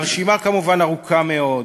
והרשימה כמובן ארוכה מאוד: